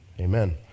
Amen